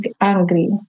angry